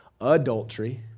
Adultery